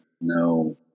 no –